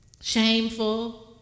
shameful